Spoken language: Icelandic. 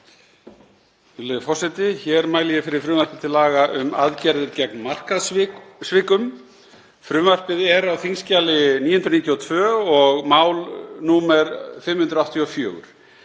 Ég mæli fyrir frumvarpi til laga um aðgerðir gegn markaðssvikum. Frumvarpið er á þingskjali 992, mál nr. 584.